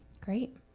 Great